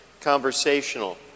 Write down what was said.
conversational